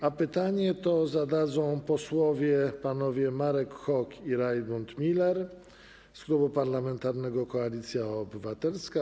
A pytanie to zadadzą panowie posłowie Marek Hok i Rajmund Miller z Klubu Parlamentarnego Koalicja Obywatelska.